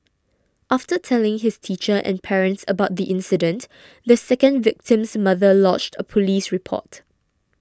after telling his teacher and parents about the incident the second victim's mother lodged a police report